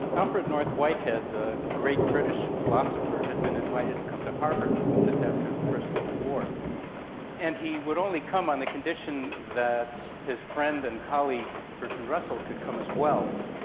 alfred north whitehead, the great british philosopher, had been invited to come to harvard just after the first world war and he would only come on the condition that his friend and colleague bertrand russell could come as well.